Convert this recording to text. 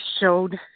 showed